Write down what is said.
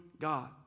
God